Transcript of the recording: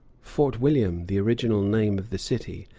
fort william, the original name of the city,